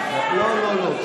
לא ניתן למכור.